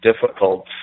difficult